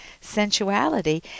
sensuality